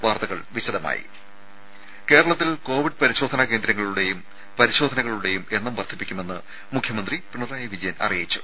വാർത്തകൾ വിശദമായി കേരളത്തിൽ കോവിഡ് പരിശോധനാ കേന്ദ്രങ്ങളുടെയും പരിശോധനകളുടെയും എണ്ണം വർദ്ധിപ്പിക്കുമെന്ന് മുഖ്യമന്ത്രി പിണറായി വിജയൻ അറിയിച്ചു